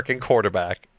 quarterback